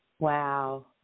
Wow